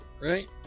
right